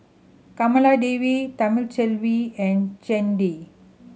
Kamaladevi Thamizhavel and Chandi